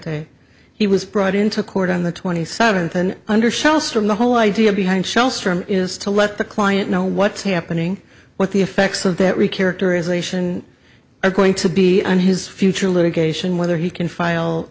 day he was brought into court on the twenty seventh and undersells from the whole idea behind shell strum is to let the client know what's happening what the effects of that we characterization are going to be on his future litigation whether he can file